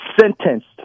sentenced